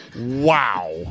Wow